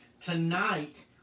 Tonight